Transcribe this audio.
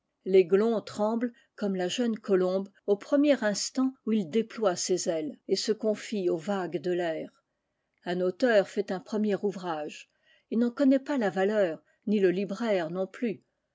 l'aiglon tremble comme la jeune colombe au premier instant où il déploie ses ailes et se confie au vague de l'air un auteur fait un premier ouvrage il n'en connaît pas la valeur ni le libraire non plus